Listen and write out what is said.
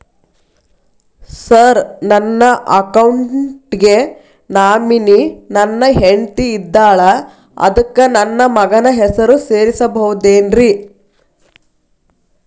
Sir ನನ್ನ account ಗೆ nominee ನನ್ನ ಹೆಂಡ್ತಿ ಇದ್ದಾಳ ಅದಕ್ಕ ನನ್ನ ಮಗನ ಹೆಸರು ಸೇರಸಬಹುದೇನ್ರಿ?